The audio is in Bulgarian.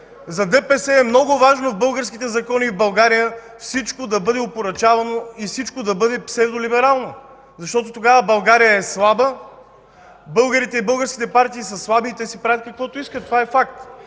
За ДПС е много важно в българските закони и в България всичко да бъде опорочавано и всичко да бъде псевдолиберално, защото тогава България е слаба, българите и българските партии са слаби, и те си правят каквото искат. Това е факт.